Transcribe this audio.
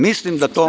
Mislim da to…